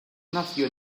nació